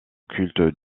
culte